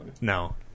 No